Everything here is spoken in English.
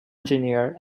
engineer